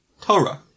Torah